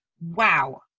wow